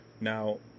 Now